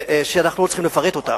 שאנחנו לא צריכים לפרט אותה,